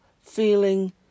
feeling